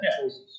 choices